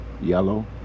yellow